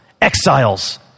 exiles